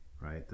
Right